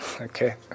Okay